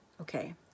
Okay